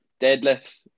deadlifts